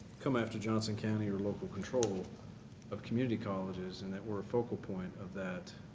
come after johnson county or local control of community colleges and that we're a focal point of that